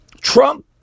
Trump